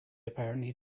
apparently